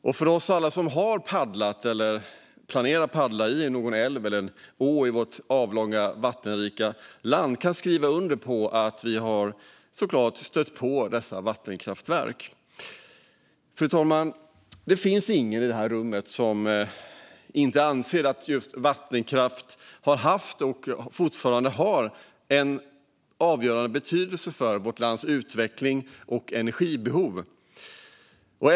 Alla vi som har paddlat eller planerar att paddla i någon älv eller å i vårt avlånga, vattenrika land har såklart stött på dessa vattenkraftverk. Fru talman! Det finns ingen i det här rummet som inte anser att vattenkraft har haft och fortfarande har avgörande betydelse för vårt lands utveckling och energiförsörjning.